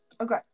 Okay